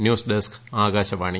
news desk Akashvani